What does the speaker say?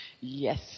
Yes